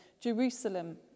Jerusalem